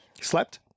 slept